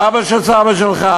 סבא של סבא שלך,